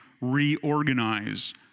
reorganize